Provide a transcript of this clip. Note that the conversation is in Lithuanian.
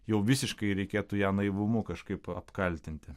jau visiškai reikėtų ją naivumu kažkaip apkaltinti